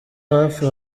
hafi